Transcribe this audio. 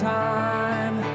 time